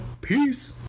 Peace